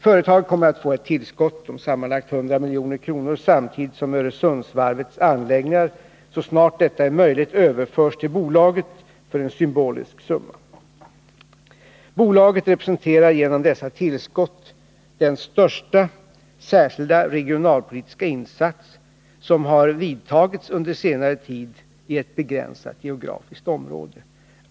Företaget kommer att få ett tillskott om sammanlagt 100 milj.kr. samtidigt som Öresundsvarvets anläggningar, så snart detta är möjligt, överförs till bolaget för en symbolisk summa. Bolaget representerar genom dessa tillskott den största särskilda regionalpolitiska insats som har vidtagits under senare tid i ett begränsat geografiskt område.